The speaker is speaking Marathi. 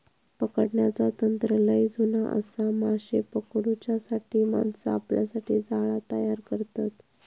पकडण्याचा तंत्र लय जुना आसा, माशे पकडूच्यासाठी माणसा आपल्यासाठी जाळा तयार करतत